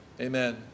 Amen